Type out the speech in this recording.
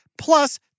plus